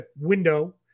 window